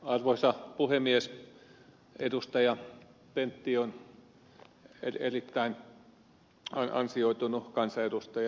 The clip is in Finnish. pentti on erittäin ansioitunut kansanedustaja